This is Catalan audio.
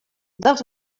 dels